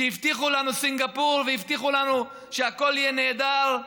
כשהבטיחו לנו סינגפור והבטיחו לנו שהכול יהיה נהדר,